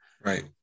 Right